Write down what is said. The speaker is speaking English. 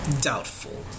Doubtful